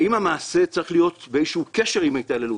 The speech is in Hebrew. האם המעשה צריך להיות באיזשהו קשר להתעללות,